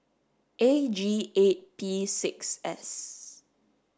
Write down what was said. A G eight P six S